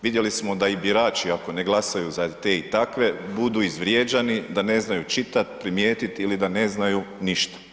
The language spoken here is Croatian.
Vidjeli smo da i birači, ako ne glasaju za te i takve, budu izvrijeđani da ne znaju čitati, primijetiti ili da ne znaju ništa.